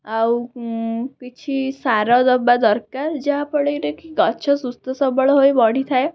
ଆଉ କିଛି ସାର ଦେବା ଦରକାର ଯାହା ଫଳରେକି ଗଛ ସୁସ୍ଥ ସବଳ ହୋଇ ବଢ଼ିଥାଏ